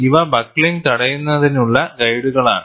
ഇവ ബക്ക്ലിംഗ് തടയുന്നതിനുള്ള ഗൈഡുകളാണ്